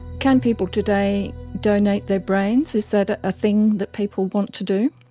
can people today donate their brains, is that a ah thing that people want to do?